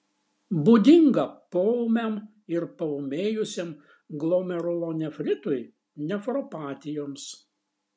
būdinga poūmiam ir paūmėjusiam glomerulonefritui nefropatijoms